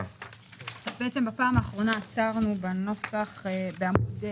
בפעם האחרונה עצרנו בעמוד 6,